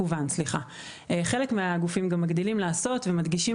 חלק מהגופים גם מגדילים לעשות ומדגישים